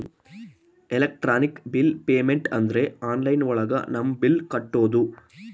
electronic bill payment ಅಂದ್ರೆ online ಒಳಗ ನಮ್ ಬಿಲ್ ಕಟ್ಟೋದು